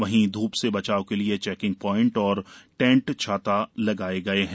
वहीं धूप से बेचाव के लिए चेकिंग पाईट पर टेंट छाता लगाये गये हैं